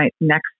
next